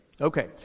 Okay